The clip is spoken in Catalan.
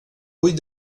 vuit